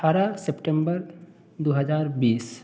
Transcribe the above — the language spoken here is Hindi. अठारह सेप्टेम्बर दो हजार बीस